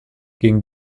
gegen